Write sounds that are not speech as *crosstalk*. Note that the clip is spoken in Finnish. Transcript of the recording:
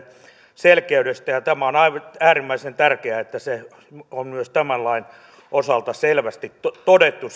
selkeydestä on äärimmäisen tärkeää että se on myös tämän lain osalta selvästi todettu *unintelligible*